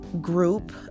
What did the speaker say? group